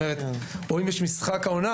או אם יש עכשיו משחק עונה,